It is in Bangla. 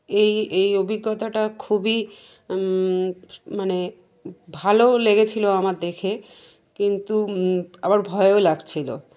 এই এই অভিজ্ঞতাটা খুবই মানে ভালো লেগেছিলো আমার দেখে কিন্তু আবার ভয়ও লাগছিলো